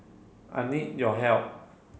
I need your help